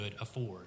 afford